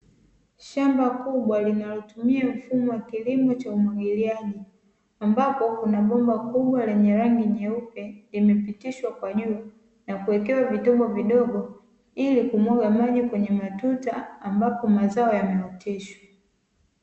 Shamba kubwa linalotumia mfumo wa kilimo cha umwagiliaji ambapo kuna bomba kubwa lenye rangi nyeupe limepitishwa kwa juu na kuwekewa vitobo vidogo ili kumwaga maji kwenye matuta ambapo mazao yameoteshwa.